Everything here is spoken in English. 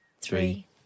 three